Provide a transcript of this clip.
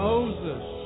Moses